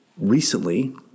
recently